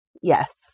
Yes